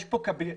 יש כאן קניבליזם.